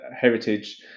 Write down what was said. heritage